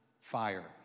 fire